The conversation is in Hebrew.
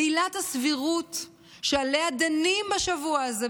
ועילת הסבירות שעליה דנים בשבוע הזה,